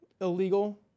illegal